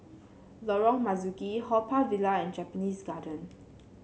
Lorong Marzuki Haw Par Villa and Japanese Garden